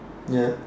ya